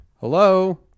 Hello